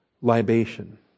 libation